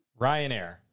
Ryanair